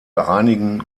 einigen